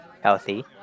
Healthy